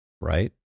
right